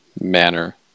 manner